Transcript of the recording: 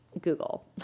Google